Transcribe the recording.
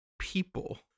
people